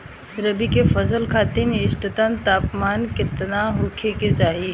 रबी क फसल खातिर इष्टतम तापमान केतना होखे के चाही?